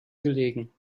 gelegen